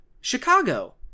chicago